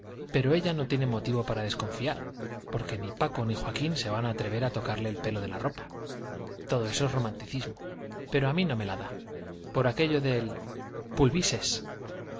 pero ella no tiene motivo para desconfiar porque ni paco ni joaquín se van a atrever a tocarle el pelo de la ropa todo eso es romanticismo pero a mí no me la da por aquello de pulvisés